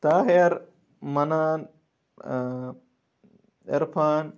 طاہِر مَنان اۭں عرفان